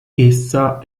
essa